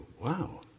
Wow